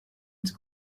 its